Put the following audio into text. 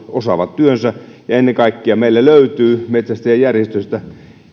osaavat työnsä ja ennen kaikkea meillä löytyy metsästäjäjärjestöistä